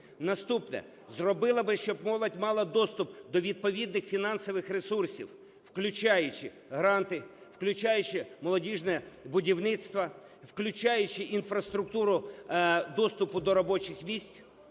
наступне – зробила би, щоб молодь мала доступ до відповідних фінансових ресурсів, включаючи гранти, включаючи молодіжне будівництво, включаючи інфраструктуру доступу до робочих місць.